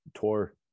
tour